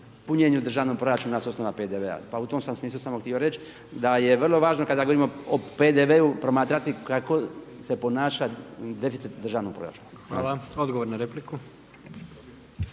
punjenju državnog proračuna s osnova PDV-a. Pa u tom sam smislu samo htio reći da je vrlo važno kada govorimo o PDV-u promatrati kako se ponaša deficit državnog proračuna. Hvala. **Jandroković,